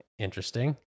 interesting